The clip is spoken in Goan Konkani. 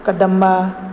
कदंबा